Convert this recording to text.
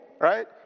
right